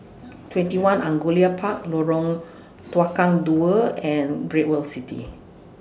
TwentyOne Angullia Park Lorong Tukang Dua and Great World City